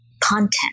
content